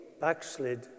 backslid